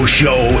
show